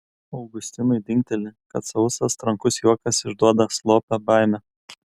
augustinui dingteli kad sausas trankus juokas išduoda slopią baimę